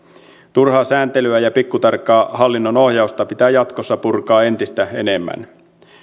turhaa sääntelyä ja pikkutarkkaa hallinnon ohjausta pitää jatkossa purkaa entistä enemmän